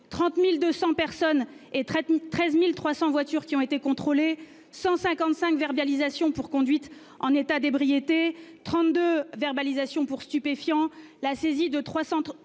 30.200 personnes et traite 13.300 voitures qui ont été contrôlés, 155 verbalisations pour conduite en état d'ébriété 32 verbalisations pour stupéfiants la saisie de 300,